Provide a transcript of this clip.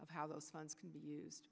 of how those funds can be used